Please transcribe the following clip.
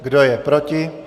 Kdo je proti?